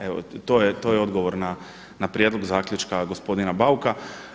Evo to je odgovor na prijedlog zaključka gospodina Bauka.